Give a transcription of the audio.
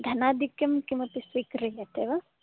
धनाधिक्यं किमपि स्वीक्रियते वा